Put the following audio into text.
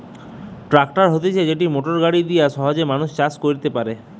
tractor হতিছে যেটি motor গাড়ি দিয়া সহজে মানুষ চাষ কইরতে পারে